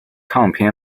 唱片